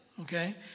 okay